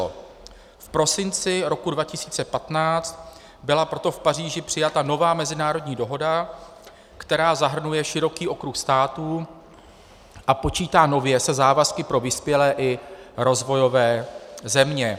V prosinci roku 2015 byla proto v Paříži přijata nová mezinárodní dohoda, která zahrnuje široký okruh států a počítá nově se závazky pro vyspělé i rozvojové země.